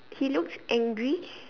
he looks angry